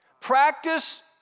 Practice